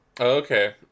Okay